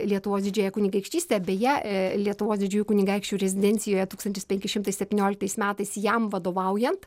lietuvos didžiąją kunigaikštystę beje e lietuvos didžiųjų kunigaikščių rezidencijoje tūkstantis penki šimtai septynioliktais metais jam vadovaujant